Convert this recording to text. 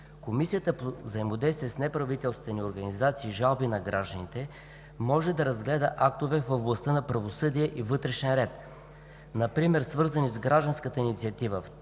Комисията по взаимодействието с неправителствените организации и жалбите на гражданите може да разгледа актове в областта „Правосъдие и вътрешен ред“ например свързани с гражданската инициатива. В